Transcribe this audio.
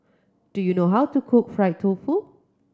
do you know how to cook fried tofu